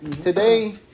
today